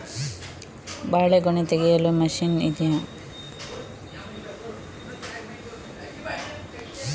ಬಾಳೆಗೊನೆ ತೆಗೆಯಲು ಮಷೀನ್ ಇದೆಯಾ?